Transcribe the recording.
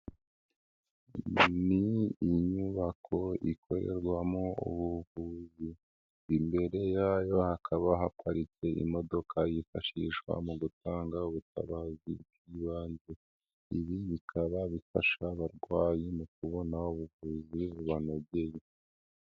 Ni inyubako ikorerwamo ubuvuzi. Imbere yayo hakaba haparitse imodoka yifashishwa mu gutanga ubutabazi bw'ibanze. Ibi bikaba bifasha abarwayi mu kubona ubuvuzi bubanogeye.